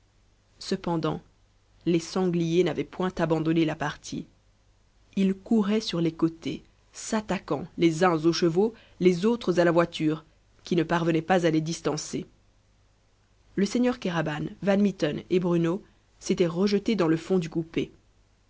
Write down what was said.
cependant les sangliers n'avaient point abandonné la partie ils couraient sur les côtés s'attaquant les uns aux chevaux les autres à la voiture qui ne parvenait pas à les distancer le seigneur kéraban van mitten et bruno s'étaient rejetés dans le fond du coupé